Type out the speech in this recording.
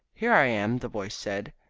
here i am, the voice said.